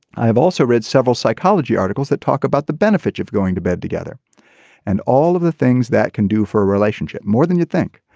i have also read several psychology articles articles that talk about the benefits of going to bed together and all of the things that can do for a relationship more than you think.